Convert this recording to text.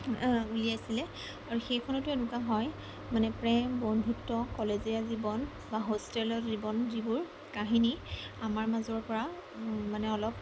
উলিয়াইছিলে আৰু সেইখনতো এনেকুৱা হয় মানে প্ৰেম বন্ধুত্ব কলেজীয়া জীৱন বা হোষ্টেলৰ জীৱন যিবোৰ কাহিনী আমাৰ মাজৰ পৰা মানে অলপ